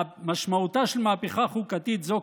משמעותה של מהפכה חוקתית זו,